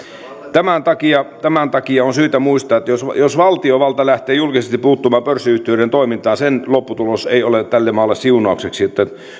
tämän takia tämän takia on syytä muistaa että jos valtiovalta lähtee julkisesti puuttumaan pörssiyhtiöiden toimintaan niin sen lopputulos ei ole tälle maalle siunaukseksi